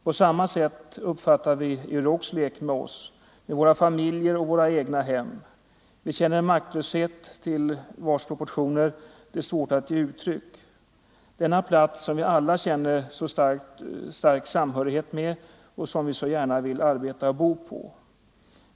På samma sätt uppfattar vi Eurocs lek med oss, med våra familjer och våra egnahem. Vi känner en maktlöshet till vars proportioner det är svårt att ge uttryck. Denna plats, som vi alla känner så stark samhörighet med, som vi så gärna vill arbeta och bo på.